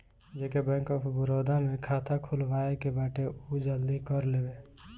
जेके bank of Baroda में खाता खुलवाए के बाटे उ जल्दी कर लेवे